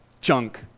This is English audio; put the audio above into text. junk